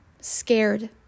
scared